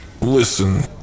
Listen